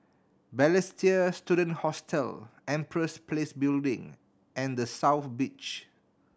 Balestier Student Hostel Empress Place Building and The South Beach